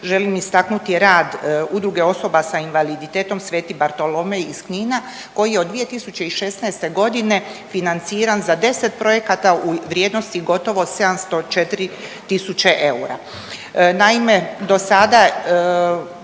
želim istaknuti rad Udruge osobe s invaliditetom „Sveti Barolomej“ iz Knina koji od 2016. financiran za 10 projekata u vrijednosti gotovo 704.000 eura.